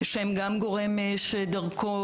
שהם גם גורם שדרכו,